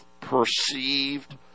perceived